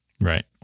Right